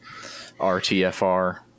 rtfr